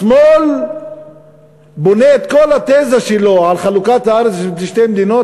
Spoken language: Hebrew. השמאל בונה את כל התזה שלו על חלוקת הארץ לשתי מדינות,